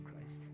Christ